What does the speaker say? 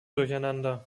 durcheinander